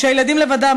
כשהילדים לבדם,